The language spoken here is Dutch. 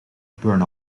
burn